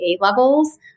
levels